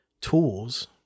tools